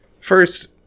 first